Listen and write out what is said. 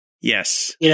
Yes